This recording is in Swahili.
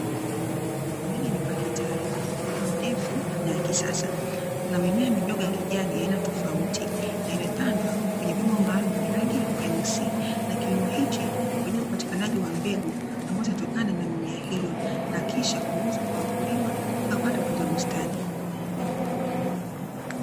Ndani ya nyumba ya kitalu iliondefu na kisasa kuna mimea midogo ya kijani ya aina tofauti na imepandwa kwenye vyombo maalumu yenye rangi nyeusi, na kilimo hichi kwaajili ya upatikanaji wa mbegu zinazotokana na mimea hiyo na kisha kuuzwa kwa wakulima na hata watunza bustani.